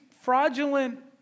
fraudulent